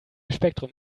spektrum